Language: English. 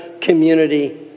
Community